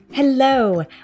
Hello